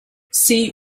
see